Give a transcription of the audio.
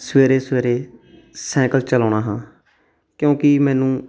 ਸਵੇਰੇ ਸਵੇਰੇ ਸਾਈਕਲ ਚਲਾਉਂਦਾ ਹਾਂ ਕਿਉਂਕਿ ਮੈਨੂੰ